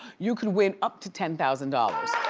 you could win up to ten thousand dollars.